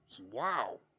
Wow